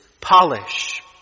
polish